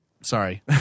Sorry